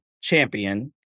champion